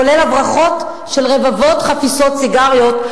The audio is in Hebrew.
כולל הברחות של רבבות חפיסות סיגריות,